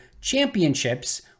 Championships